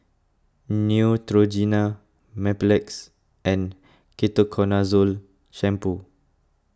Neutrogena Mepilex and Ketoconazole Shampoo